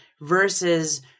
versus